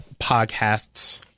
podcasts